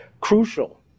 Crucial